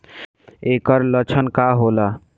ऐकर लक्षण का होला?